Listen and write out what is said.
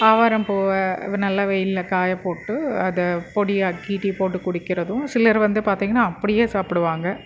ஆவாரம்பூவை நல்லா வெயிலில் காய போட்டு அதை பொடியாக்கி டீ போட்டு குடுக்கிறதும் சிலர் வந்து பார்த்தீங்கன்னா அப்படியே சாப்பிடுவாங்க